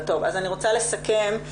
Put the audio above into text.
אני רוצה לסכם.